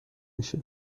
میشه